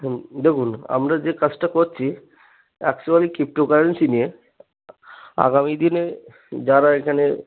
হুম দেখুন আমরা যে কাজটা করছি একচুয়ালি ক্রিপ্টোকারেন্সি নিয়ে আগামী দিনে যারা এখানে